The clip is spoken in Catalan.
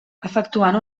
efectuant